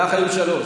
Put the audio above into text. לך היו שלוש,